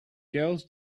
girls